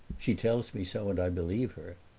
she tells me so, and i believe her.